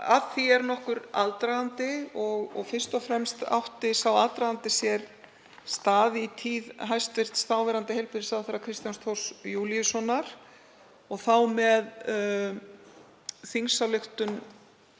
að því er nokkur aðdragandi. Fyrst og fremst átti sá aðdragandi sér stað í tíð hæstv. þáverandi heilbrigðisráðherra, Kristjáns Þórs Júlíussonar, og þá með þingsályktun